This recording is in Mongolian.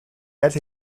аль